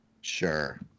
Sure